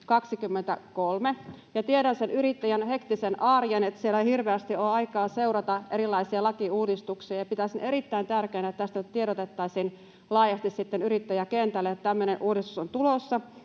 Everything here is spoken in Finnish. Tiedän sen yrittäjän hektisen arjen, että siellä ei hirveästi ole aikaa seurata erilaisia lakiuudistuksia, ja pitäisin erittäin tärkeänä, että tiedotettaisiin sitten laajasti yrittäjäkentälle siitä, että tämmöinen uudistus on tulossa,